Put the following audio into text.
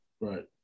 Right